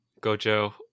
Gojo